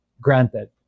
granted